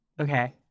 Okay